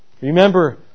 Remember